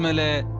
um let